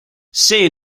see